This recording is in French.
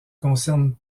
concerne